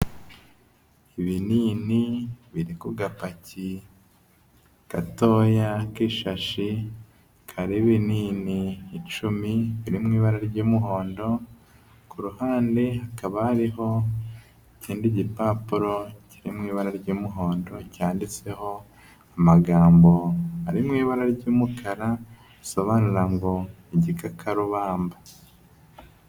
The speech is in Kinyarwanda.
Ibinini biri ku gapaki gatoya k'ishashi, akaba ari ibinini icumi, biri mu ibara ry'umuhondo, ku ruhande hakaba hariho ikindi gipapuro kiri mu ibara ry'umuhondo, cyanditseho amagambo ari mu ibara ry'umukara, risobanura ngo igikakarubamba.